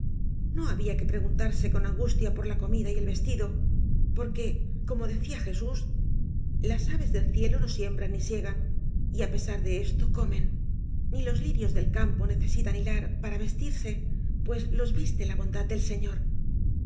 no había que preguntarse con angustia por la comida y el vestido por que como decía jesús las aves del cielo no siembran ni siegan y á pesar de esto comen ni los lirios del campo necesitan hilar para vestirse pues los viste la bondad del señor